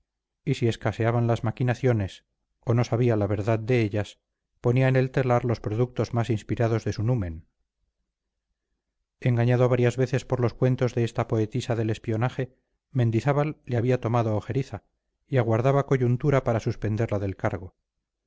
y si escaseaban las maquinaciones o no sabía la verdad de ellas ponía en el telar los productos más inspirados de su numen engañado varias veces por los cuentos de esta poetisa del espionaje mendizábal le había tomado ojeriza y aguardaba coyuntura para suspenderla del cargo